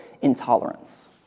intolerance